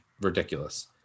ridiculous